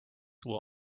will